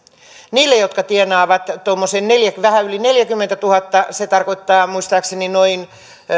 niille jotka tienaavat tuommoisen vähän yli neljäkymmentätuhatta se tarkoittaa muistaakseni